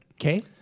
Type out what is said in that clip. okay